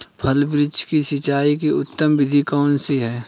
फल वृक्ष की सिंचाई की उत्तम विधि कौन सी है?